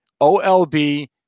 OLB